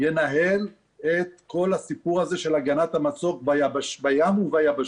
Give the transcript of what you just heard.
ינהל את כל הסיפור הזה של הגנת המצוק בים וביבשה.